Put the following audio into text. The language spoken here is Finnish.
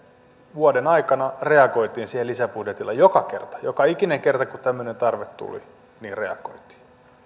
vuoden aikana siihen reagoitiin lisäbudjetilla joka kerta joka ikinen kerta kun tämmöinen tarve tuli reagoitiin